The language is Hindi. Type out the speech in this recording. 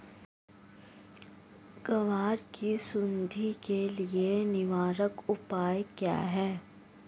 ग्वार की सुंडी के लिए निवारक उपाय क्या है?